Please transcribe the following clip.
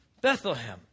Bethlehem